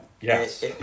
Yes